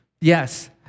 yes